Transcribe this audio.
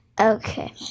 okay